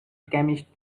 chemist